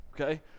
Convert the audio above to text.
okay